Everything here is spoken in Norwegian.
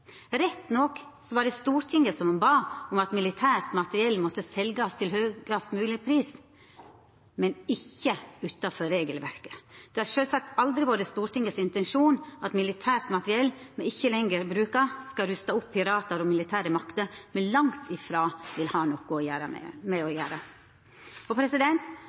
Rett nok var det Stortinget som bad om at militært materiell måtte seljast til høgast mogleg pris, men ikkje utanfor regelverket. Det har sjølvsagt aldri vore Stortinget sin intensjon at militært materiell me ikkje lenger bruker, skal rusta opp piratar og militære makter me langt ifrå vil ha noko med å gjera. Etter mange rundar med brev til departementa, to store kontrollhøyringar, eksterne granskingar og